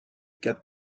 quatre